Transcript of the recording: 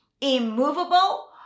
immovable